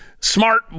smart